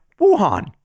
Wuhan